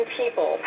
people